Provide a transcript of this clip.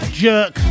jerk